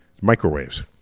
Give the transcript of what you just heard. Microwaves